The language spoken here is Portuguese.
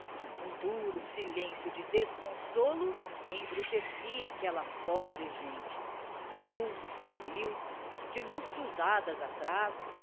um duro silêncio de desconsolo embrutecia aquela pobre gente vultos sombrios de mãos cruzadas atrás